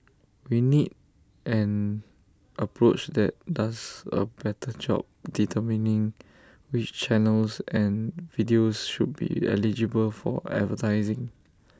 we need an approach that does A better job determining which channels and videos should be eligible for advertising